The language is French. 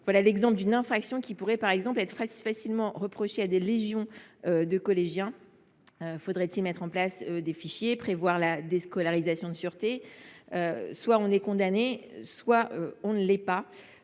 l’exemple type d’une infraction qui pourrait facilement être reprochée à des légions de collégiens. Faudrait il alors mettre en place des fichiers, prévoir la déscolarisation de sûreté ? Soit on est condamné, soit on ne l’est pas.